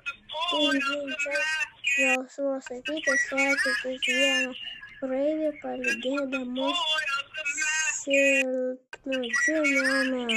spindinčios žalsvos akytės sekė kiekvieną praeivį palydėdamos silpnučiu miau miau